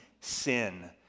sin